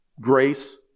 Grace